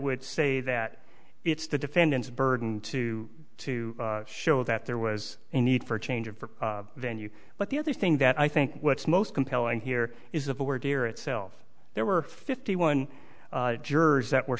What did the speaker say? would say that it's the defendant's burden to to show that there was a need for a change of venue but the other thing that i think what's most compelling here is of our dear itself there were fifty one jurors that were